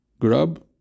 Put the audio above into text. grub